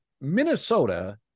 Minnesota